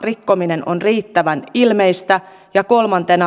rikkominen on riittävän ilmeistä ja kolmantena